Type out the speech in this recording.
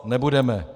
Nebudeme.